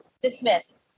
dismiss